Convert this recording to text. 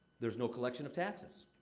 there's no collection of taxes.